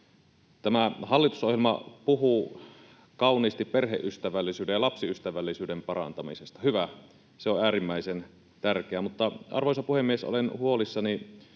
Tämä hallitusohjelma puhuu kauniisti perheystävällisyyden ja lapsiystävällisyyden parantamisesta — hyvä, se on äärimmäisen tärkeää, arvoisa puhemies, mutta olen huolissani